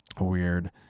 Weird